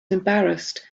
embarrassed